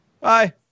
Bye